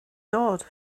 dod